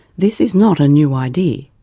this is not a new idea.